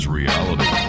reality